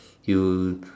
you